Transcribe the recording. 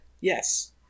Yes